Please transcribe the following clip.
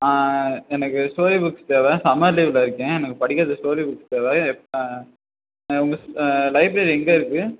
எனக்கு story books தேவை summer லீவில் இருக்கேன் எனக்கு படிக்கிறதுக்கு ஸ்டோரி புக்ஸ் தேவை உங்கள் ச லைப்ரரி எங்கே இருக்குது